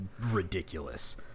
ridiculous